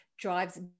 drives